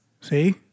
See